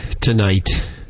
tonight